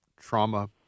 trauma